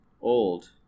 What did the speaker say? old